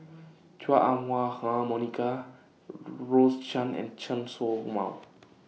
Chua Ah Huwa Monica Rose Chan and Chen Show Mao